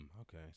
okay